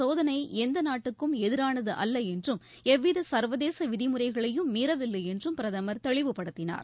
சோதனை எந்த நாட்டுக்கும் எதிரானது அல்ல எவ்விக இந்த என்றம் சர்வகேச விதிமுறைகளையும் மீறவில்லை என்றும் பிரதமர் தெளிவுப்படுத்தினார்